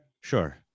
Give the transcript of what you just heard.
Sure